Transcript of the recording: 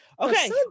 okay